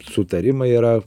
sutarimai yra